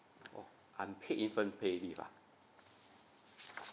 oh unpaid infant pay leave ah